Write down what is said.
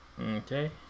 Okay